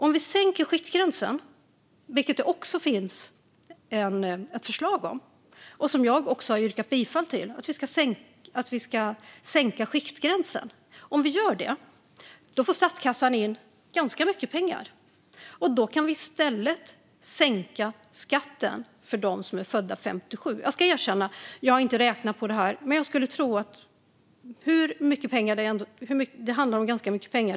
Om vi sänker skiktgränsen - vilket det också finns ett förslag om, som jag har yrkat bifall till - får statskassan in ganska mycket pengar. Då kan vi i stället sänka skatten för dem som är födda 1957. Jag ska erkänna att jag inte har räknat på detta, men det handlar om ganska mycket pengar.